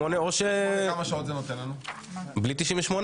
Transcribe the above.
או ש- -- כמה שעות זה נותן לנו עם 98?